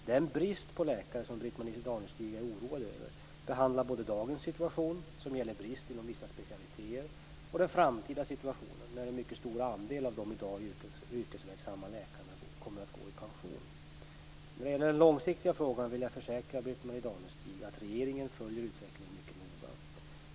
Den brist på läkare som Britt-Marie Danestig är oroad över behandlar både dagens situation, som gäller brist inom vissa specialiteter, och den framtida situationen, när en mycket stor andel av de i dag yrkesverksamma läkarna kommer att gå i pension. När det gäller den långsiktiga frågan vill jag försäkra Britt-Marie Danestig om att regeringen följer utvecklingen mycket noga.